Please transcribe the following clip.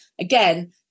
again